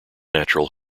natural